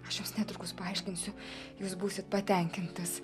aš jums netrukus paaiškinsiu jūs būsit patenkintas